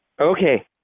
Okay